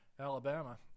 Alabama